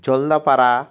Jaldapara